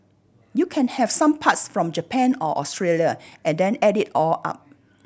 you can have some parts from Japan or Australia and then add it all up